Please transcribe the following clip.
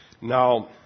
Now